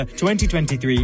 2023